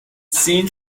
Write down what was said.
seen